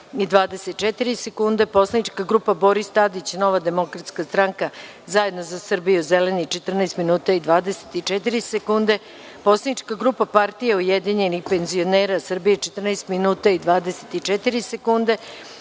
24 sekunde; Poslanička grupa Boris Tadić – Nova demokratska stranka, Zajedno za Srbiju, Zeleni Srbije – 14 minuta i 24 sekunde; Poslanička grupa Partija ujedinjenih penzionera Srbije – 14 minuta i 24 sekunde;